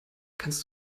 kannst